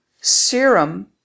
serum